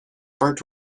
burnt